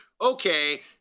okay